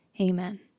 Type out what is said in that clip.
Amen